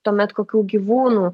tuomet kokių gyvūnų